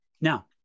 Now